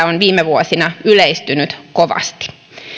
on viime vuosina yleistynyt kovasti